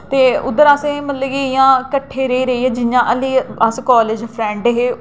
ते उद्धर असें मतलब कि इ'यां किट्ठे रेही रेहियै जि'यां हल्ली अस कालज फ्रैंड हे